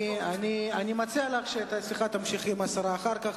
אני מציע לך שאת השיחה תמשיכי עם השרה אחר כך.